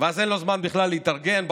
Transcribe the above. ואז אין לו זמן בכלל להתארגן בחפש"ש,